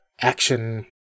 action